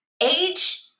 Age